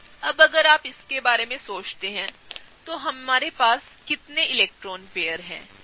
अब अगर आप इसके बारे में सोचते हैं तो हमने कितने इलेक्ट्रॉन पेयर जोड़े हैं